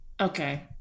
okay